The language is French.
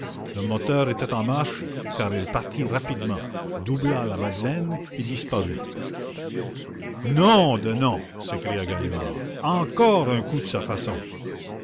le moteur était en marche car elle partit rapidement doubla la madeleine et disparut nom de nom s'écria ganimard encore un coup de sa façon